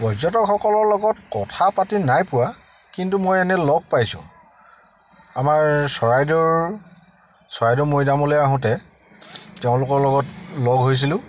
পৰ্যটকসকলৰ লগত কথা পাতি নাই পোৱা কিন্তু মই এনে লগ পাইছোঁ আমাৰ চৰাইদেউৰ চৰাইদেউ মৈদামলৈ আহোঁতে তেওঁলোকৰ লগত লগ হৈছিলোঁ